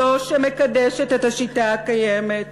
זו שמקדשת את השיטה הקיימת,